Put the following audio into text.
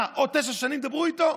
מה, עוד תשע שנים תדברו איתו?